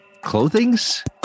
Clothings